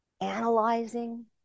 analyzing